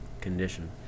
condition